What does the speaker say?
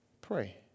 pray